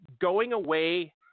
going-away